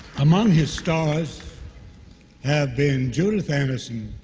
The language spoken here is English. among his stars have been judith anderson,